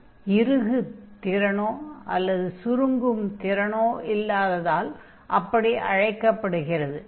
ஏனென்றால் இறுகு திறனோ சுருங்கும் திறனோ இல்லாததால் அப்படி அழைக்கப்படுகிறது